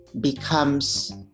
becomes